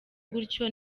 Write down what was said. gutyo